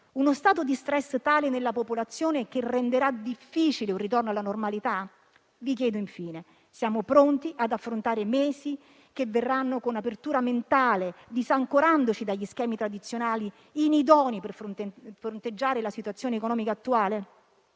uno stato di stress tale nella popolazione che renderà difficile un ritorno alla normalità? Vi chiedo infine se siamo pronti ad affrontare i mesi che verranno con apertura mentale disancorandoci dagli schemi tradizionali, inidonei per fronteggiare la situazione economica attuale.